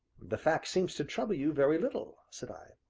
the fact seems to trouble you very little, said i.